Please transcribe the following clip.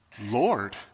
Lord